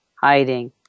hiding